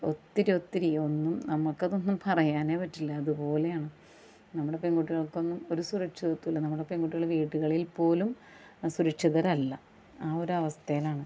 ഒത്തിരി ഒത്തിരി ഒന്നും നമുക്കതൊന്നും പറയാനേ പറ്റില്ല അതുപോലെയാണ് നമ്മുടെ പെൺകുട്ടികൾക്കൊന്നും ഒരു സുരക്ഷിതത്ത്വവുമില്ല നമ്മുടെ പെൺകുട്ടികള് വീടുകളിൽ പോലും സുരക്ഷിതരല്ല ആ ഒരവസ്ഥയിലാണ്